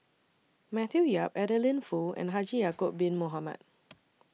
Matthew Yap Adeline Foo and Haji Ya'Acob Bin Mohamed